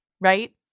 right